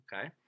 okay